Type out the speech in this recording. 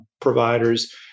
providers